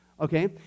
okay